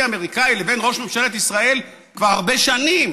אמריקני לבין ראש ממשלת ישראל כבר הרבה שנים.